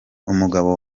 umugabo